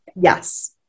yes